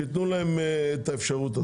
אי-אפשר שייתנו את האפשרות הזאת לכל העמותות.